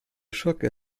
schurke